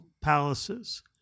palaces